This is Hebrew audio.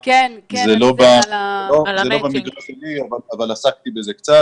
זה לא במגרש שלי אבל קצת עסקתי בזה.